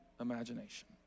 imagination